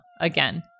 again